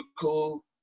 cool